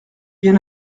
bien